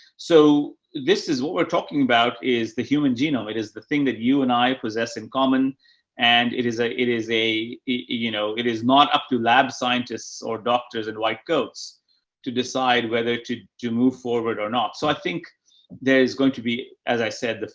so this is what we're talking about is the human genome. it is the thing that you and i possess in common and it is a, it is a, you know, it is not up to lab scientists or doctors in white coats to decide whether to to move forward or not. so i think there's going to be, as i said,